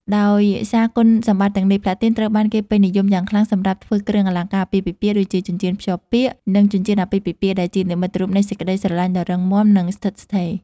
ដោយសារគុណសម្បត្តិទាំងនេះ ផ្លាទីនត្រូវបានគេពេញនិយមយ៉ាងខ្លាំងសម្រាប់ធ្វើគ្រឿងអលង្ការអាពាហ៍ពិពាហ៍ ដូចជាចិញ្ចៀនភ្ជាប់ពាក្យ និងចិញ្ចៀនអាពាហ៍ពិពាហ៍ ដែលជានិមិត្តរូបនៃសេចក្ដីស្រឡាញ់ដ៏រឹងមាំ និងស្ថិតស្ថេរ។